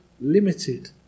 limited